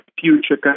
future